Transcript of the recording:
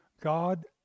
God